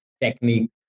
technique